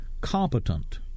competent